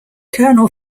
colonel